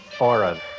aura